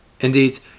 Indeed